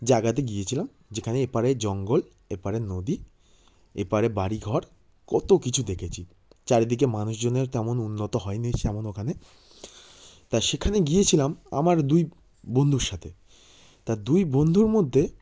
জায়গাতে গিয়েছিলাম যেখানে এপারে জঙ্গল এপারে নদী এপারে বাড়ি ঘর কত কিছু দেখেছি চারিদিকে মানুষজনের তেমন উন্নত হয় নি সেমন ওখানে তা সেখানে গিয়েছিলাম আমার দুই বন্ধুর সাথে তা দুই বন্ধুর মধ্যে